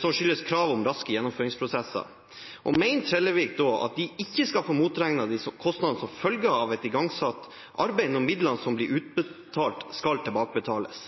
som skyldes krav om raske gjennomføringsprosesser. Mener Trellevik da at de ikke skal få motregnet disse kostnadene som følge av et igangsatt arbeid, når midlene som har blitt utbetalt, skal tilbakebetales?